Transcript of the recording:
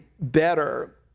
better